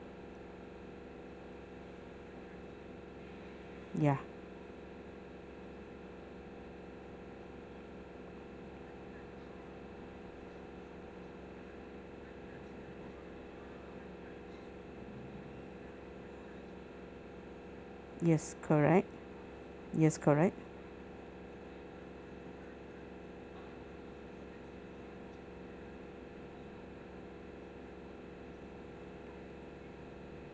ya yes correct yes correct